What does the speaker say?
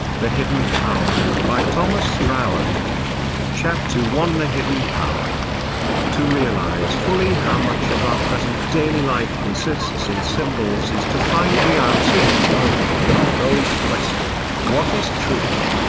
the hidden power, by thomas troward chapter one the hidden power to realise fully how much of our present daily life consists in symbols is to find the answer to the old, old question, what is truth?